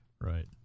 Right